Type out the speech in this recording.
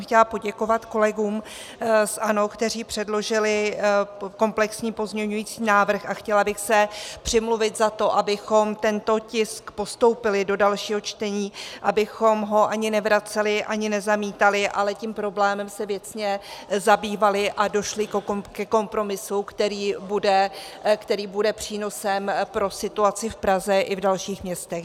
Chtěla jsem poděkovat kolegům z ANO, kteří předložili komplexní pozměňovací návrh, a chtěla bych se přimluvit za to, abychom tento tisk postoupili do dalšího čtení, abychom ho ani nevraceli, ani nezamítali, ale tím problémem se věcně zabývali a došli ke kompromisu, který bude přínosem pro situaci v Praze i v dalších městech.